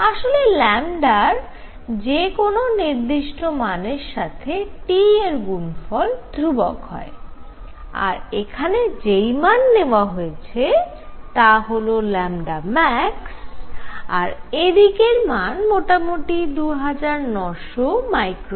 আসলে র যে কোন নির্দিষ্ট মানের সাথে T এর গুণফল ধ্রুবক হয় আর এখানে যেই মান নেওয়া হয়েছে তা হল max আর এদিকের মান মোটামুটি 2900 μmK